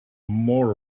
more